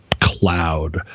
cloud